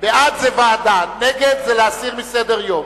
בעד זה ועדה, נגד זה להסיר מסדר-היום.